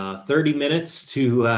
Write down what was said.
ah thirty minutes to,